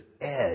edge